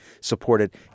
supported